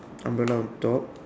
umbrella on top